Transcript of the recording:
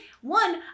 one